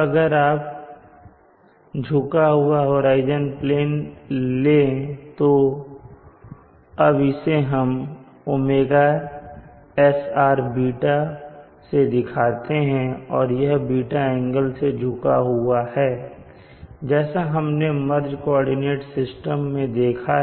अब अगर आप झुका हुआ होराइजन प्लेन ले तो अब इसे हम ωsrß से दिखाते हैं और यह ß एंगल से झुका हुआ है जैसा हमने मर्ज कोऑर्डिनेट सिस्टम में देखा